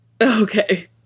Okay